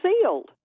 sealed